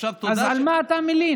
עכשיו תודה אז על מה אתה מלין?